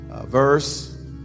verse